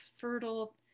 fertile